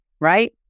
right